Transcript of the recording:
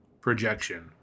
projection